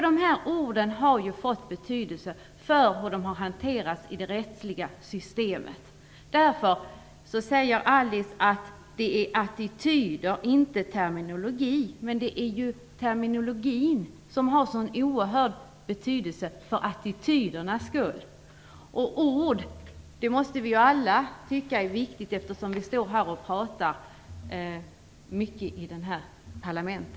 Dessa ord har fått betydelse för hur företeelsen har hanterats i det rättsliga systemet. Alice Åström säger att det handlar om attityder och inte terminologi. Men det är ju terminologin som har sådan oerhörd betydelse för attityderna. Vi måste alla tycka att ord är viktiga, eftersom vi pratar mycket i detta parlament.